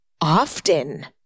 often